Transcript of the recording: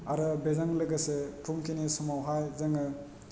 आरो बेजों लोगोसे फुंखिनि समावहाय जोङो